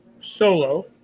Solo